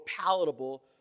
palatable